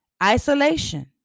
isolation